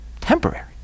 temporary